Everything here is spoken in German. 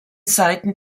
seiten